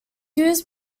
used